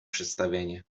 przedstawienie